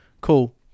cool